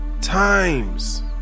times